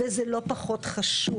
וזה לא פחות חשוב.